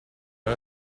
era